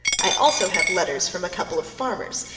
i also have letters from a couple of farmers,